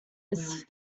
his